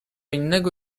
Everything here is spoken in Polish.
innego